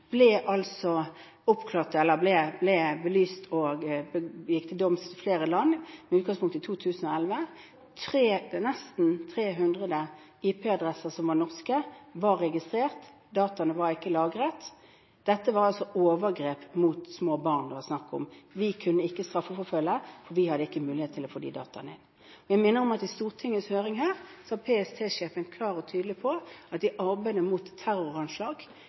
ble belyst og gikk til doms i flere land. Nesten 300 norske IP-adresser var registrert. Dataene var ikke lagret. Dette var snakk om overgrep mot små barn. Vi kunne ikke straffeforfølge, vi hadde ikke mulighet til å få tak i de dataene. Jeg minner om at i Stortingets høring var PST-sjefen klar og tydelig på at i arbeidet mot terroranslag,